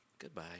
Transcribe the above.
Goodbye